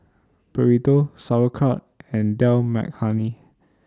Burrito Sauerkraut and Dal Makhani